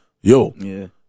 yo